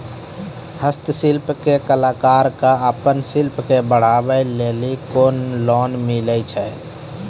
हस्तशिल्प के कलाकार कऽ आपन शिल्प के बढ़ावे के लेल कुन लोन मिलै छै?